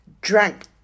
drank